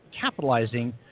capitalizing